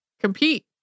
compete